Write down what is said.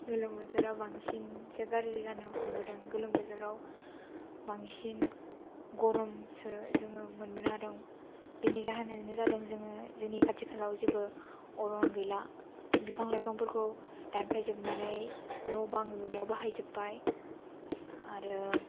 गोलोम बोथोराव बांसिनसो गारजि जानो हमबोदों गोलोम बोथोराव बांसिन गरमसो जोङो मोनबोनो हादों बिनि जाहोनानो जादों जोङो जोंनि खाथि खालायाव जेबो अरन गैला बिफां लाइफांफोरखौ दानफायजोबनानै न बां लुनायाव बाहायजोब्बाय आरो